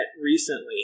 recently